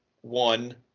one